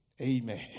amen